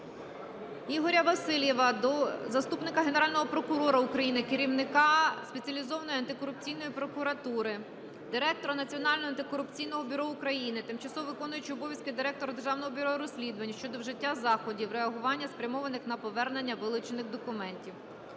Ігоря Васильєва до заступника Генерального прокурора України - керівника Спеціалізованої антикорупційної прокуратури, директора Національного антикорупційного бюро України, тимчасово виконуючої обов'язки директора Державного бюро розслідувань щодо вжиття заходів реагування спрямованих на повернення вилучених документів.